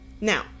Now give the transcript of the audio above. Now